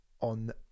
on